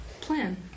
plan